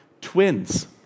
twins